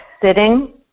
sitting